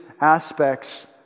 aspects